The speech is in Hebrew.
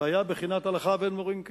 והיה בבחינת הלכה ואין מורים כן.